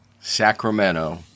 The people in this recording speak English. Sacramento